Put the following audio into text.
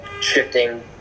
shifting